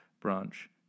branch